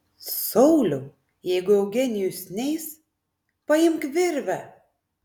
sauliau jeigu eugenijus neis paimk virvę